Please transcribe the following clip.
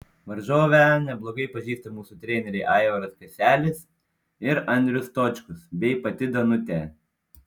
varžovę neblogai pažįsta mūsų treneriai aivaras kaselis ir andrius stočkus bei pati danutė